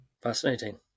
fascinating